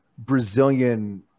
brazilian